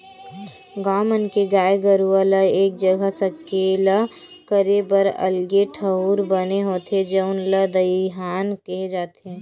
गाँव मन के गाय गरू ल एक जघा सकेला करे बर अलगे ठउर बने होथे जउन ल दईहान केहे जाथे